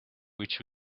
which